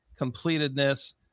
completedness